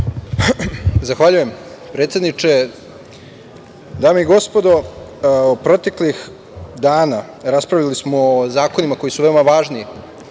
Zahvaljujem, predsedniče. Dame i gospodo, proteklih dana raspravljali smo o zakonima koji su veoma važni,